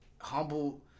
Humble